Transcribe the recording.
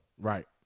Right